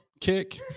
kick